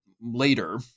later